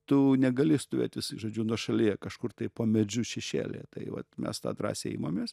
tu negali stovėt vis žodžiu nuošalėje kažkur tai po medžiu šešėlyje tai vat mes tą drąsiai imamės